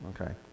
Okay